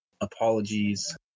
apologies